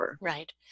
right